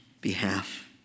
behalf